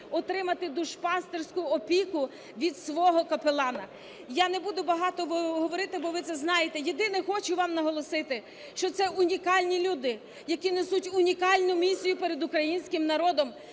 отримати душпастирську опіку від свого капелана. Я не буду багато говорити, бо ви це знаєте. Єдине, хочу вам наголосити, що це унікальні люди, які несуть унікальну місію перед українським народом,